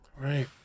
right